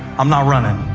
i'm not running.